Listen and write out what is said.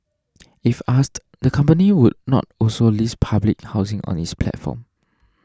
if asked the company would not also list public housing on its platform